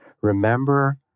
Remember